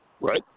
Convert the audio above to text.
right